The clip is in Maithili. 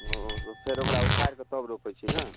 ओ फेर ओकरा ऊखारि कऽ तब रोपै छियै ने